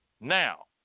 Now